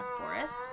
forest